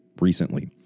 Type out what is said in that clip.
recently